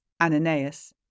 Ananias